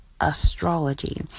astrology